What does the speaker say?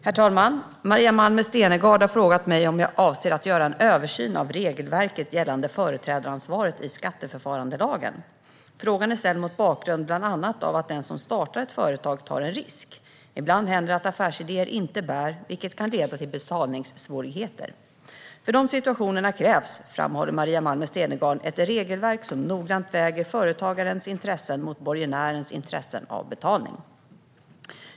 Herr talman! Maria Malmer Stenergard har frågat mig om jag avser att göra en översyn av regelverket gällande företrädaransvaret i skatteförfarandelagen. Frågan är ställd mot bakgrund bland annat av att den som startar ett företag tar en risk. Ibland händer det att affärsidéer inte bär, vilket kan leda till betalningssvårigheter. För de situationerna krävs, framhåller Maria Malmer Stenergard, ett regelverk som noggrant väger företagarens intressen mot borgenärens intresse av betalning.